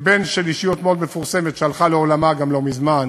בן של אישיות מאוד מפורסמת, שהלכה לעולמה לא מזמן,